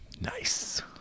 Nice